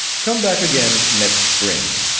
come back again next spring